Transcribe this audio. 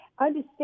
understand